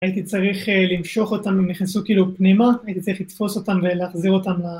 הייתי צריך למשוך אותם אם נכנסו כאילו פנימה הייתי צריך לתפוס אותם ולהחזיר אותם